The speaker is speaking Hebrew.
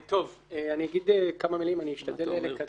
אני אגיד כמה מילים, אני אשתדל לקצר.